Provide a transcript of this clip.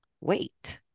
wait